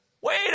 Wait